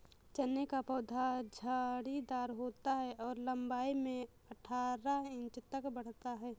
चने का पौधा झाड़ीदार होता है और लंबाई में अठारह इंच तक बढ़ता है